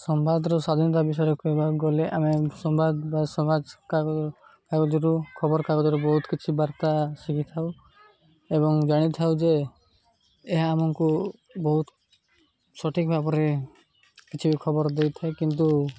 ସମ୍ବାଦର ସ୍ୱାଧୀନତା ବିଷୟରେ କହିବାକୁ ଗଲେ ଆମେ ସମ୍ବାଦ ବା ସମାଜ କାଗଜ କାଗଜରୁ ଖବରକାଗଜରୁ ବହୁତ କିଛି ବାର୍ତ୍ତା ଶିଖିଥାଉ ଏବଂ ଜାଣିଥାଉ ଯେ ଏହା ଆମକୁ ବହୁତ ସଠିକ୍ ଭାବରେ କିଛି ବି ଖବର ଦେଇଥାଏ କିନ୍ତୁ